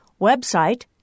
Website